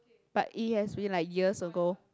but it has been like years ago